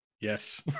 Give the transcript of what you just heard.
Yes